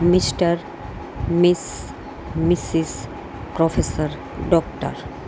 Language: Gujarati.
mister miss Mrs professor doctor